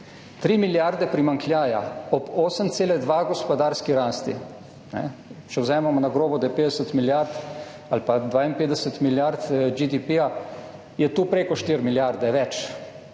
3 milijarde primanjkljaja ob 8,2 gospodarski rasti, če vzamemo na grobo, da je 50 milijard ali 52 milijard GDP, je to prek 4 milijarde več